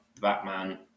Batman